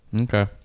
okay